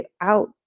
out